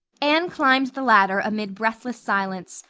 anne climbed the ladder amid breathless silence,